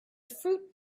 fruit